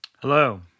Hello